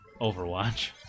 Overwatch